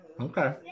Okay